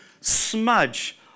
smudge